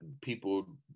people